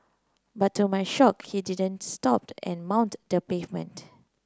but to my shock he didn't stopped and mount the pavement